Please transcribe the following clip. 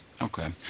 Okay